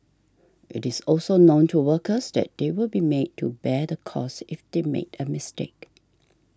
it is also known to workers that they will be made to bear the cost if they make a mistake